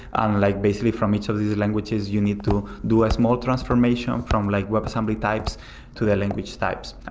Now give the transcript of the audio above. and like basically, from each of these languages you need to do a small transformation from like webassembly types to the language types.